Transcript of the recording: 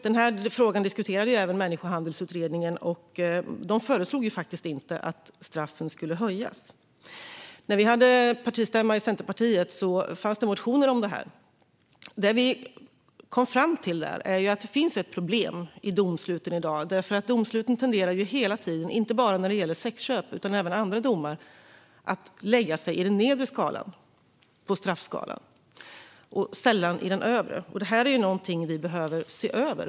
Denna fråga diskuterades även av Människohandelsutredningen, och utredningen föreslog faktiskt inte att straffen skulle höjas. När vi hade partistämma i Centerpartiet fanns det motioner om detta. Vi kom fram till att det finns ett problem i domsluten i dag. Inte bara när det gäller sexköp utan även andra brott tenderar domstolarna att lägga sig i den nedre delen av straffskalan och sällan i den övre. Detta är något vi behöver se över.